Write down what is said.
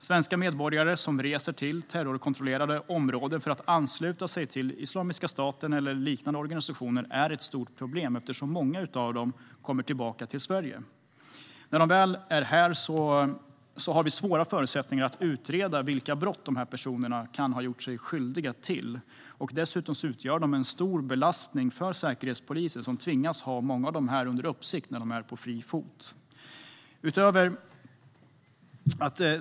Svenska medborgare som reser till terrorkontrollerade områden för att ansluta sig till Islamiska staten eller liknande organisationer är ett stort problem eftersom många av dem kommer tillbaka till Sverige. När dessa personer väl är tillbaka är det svårt för oss att utreda vilka brott de kan ha gjort sig skyldiga till. De utgör dessutom en stor belastning för Säkerhetspolisen, som tvingas ha många av dem under uppsikt när de är på fri fot.